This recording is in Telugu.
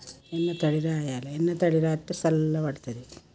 వెన్న తడి రాయాలి వెన్న తడి రాస్తే చల్ల పడుతుంది